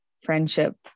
friendship